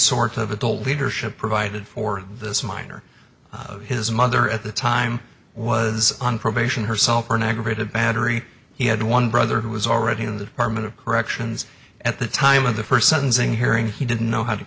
sort of adult leadership provided for this miner his mother at the time was on probation herself for an aggravated battery he had one brother who was already in the department of corrections at the time of the first sentencing hearing he didn't know how to